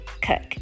Cook